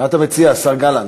מה אתה מציע, השר גלנט?